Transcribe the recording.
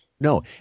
No